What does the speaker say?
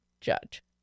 judge